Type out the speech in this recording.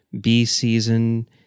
B-Season